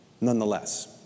nonetheless